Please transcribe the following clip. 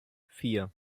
vier